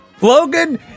Logan